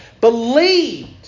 believed